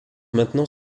maintenant